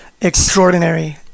extraordinary